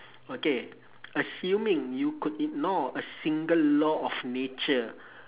okay assuming you could ignore a single law of nature